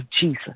Jesus